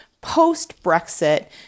post-Brexit